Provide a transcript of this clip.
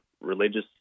religious